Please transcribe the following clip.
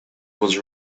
was